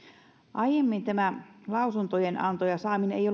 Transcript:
aiemmin tämä lausuntojen anto ja saaminen ei